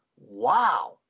wow